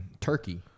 Turkey